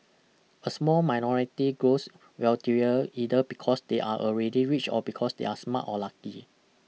a small minority grows wealthier either because they are already rich or because they are smart or lucky